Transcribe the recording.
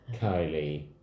Kylie